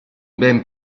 ben